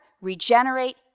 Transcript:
regenerate